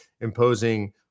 imposing